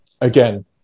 again